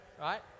Right